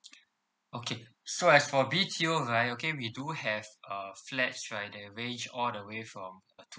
okay so as for B_T_O right okay we do have uh flats right that range all the way from uh